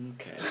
okay